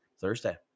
Thursday